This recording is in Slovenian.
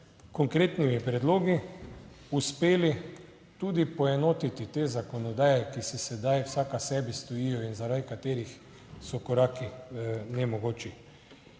konkretnimi predlogi uspeli tudi poenotiti te zakonodaje, ki se sedaj vsaka sebi stojijo in zaradi katerih so koraki nemogoči.